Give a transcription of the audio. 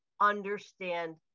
understand